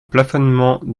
plafonnement